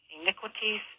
iniquities